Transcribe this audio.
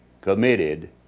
committed